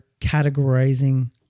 categorizing